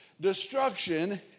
Destruction